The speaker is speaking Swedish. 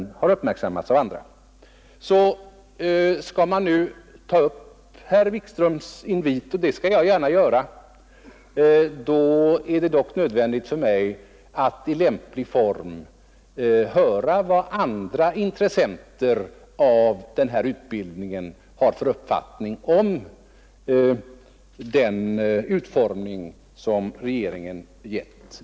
Skall man efterkomma herr Wikströms invit — och det skall jag gärna göra — är det nödvändigt att först få veta vilken uppfattning andra som är intresserade av den här utbildningen har om den utformning som regeringen givit den.